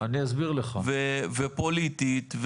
פוליטית,